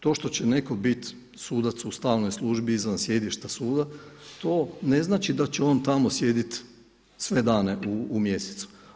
To što će netko biti sudac u stalnoj službi izvan sjedišta suda to ne znači da će on tamo sjediti sve dane u mjesecu.